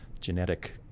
genetic